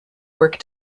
work